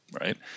right